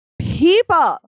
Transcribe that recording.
people